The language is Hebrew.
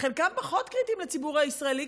וחלקם פחות קריטיים לציבור הישראלי,